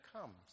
comes